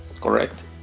correct